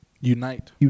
Unite